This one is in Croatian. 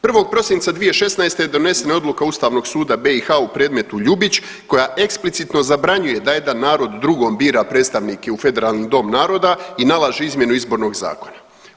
1. prosinca 2016. donesena je odluka Ustavnog suda BiH u predmetu Ljubić koja eksplicitno zabranjuje da jedan narod drugom bira predstavnike u Federalni dom naroda i nalaže izmjenu Izbornog zakona.